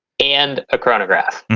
and a chronograph.